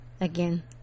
Again